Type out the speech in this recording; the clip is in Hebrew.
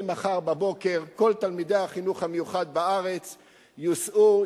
ממחר בבוקר כל תלמידי החינוך המיוחד בארץ יוסעו,